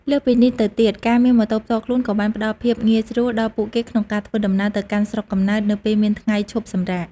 លើសពីនេះទៅទៀត ការមានម៉ូតូផ្ទាល់ខ្លួនក៏បានផ្តល់ភាពងាយស្រួលដល់ពួកគេក្នុងការធ្វើដំណើរទៅកាន់ស្រុកកំណើតនៅពេលមានថ្ងៃឈប់សម្រាក។